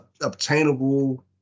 Obtainable